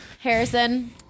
Harrison